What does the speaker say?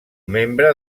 membre